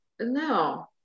no